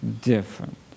different